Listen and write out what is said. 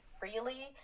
freely